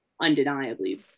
undeniably